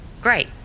Great